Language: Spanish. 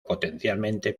potencialmente